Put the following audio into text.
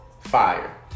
fire